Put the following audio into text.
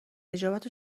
نجابت